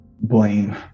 blame